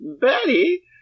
Betty